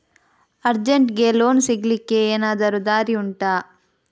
ಅರ್ಜೆಂಟ್ಗೆ ಲೋನ್ ಸಿಗ್ಲಿಕ್ಕೆ ಎನಾದರೂ ದಾರಿ ಉಂಟಾ